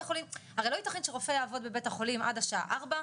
הרי לא ייתכן שרופא יעבוד בבית החולים עד השעה 16:00,